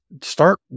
start